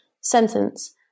sentence